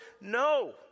No